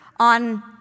on